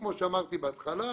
כמו שאמרתי בהתחלה,